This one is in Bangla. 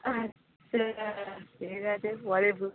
আচ্ছা ঠিক আছে পরে বুক